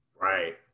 Right